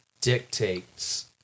dictates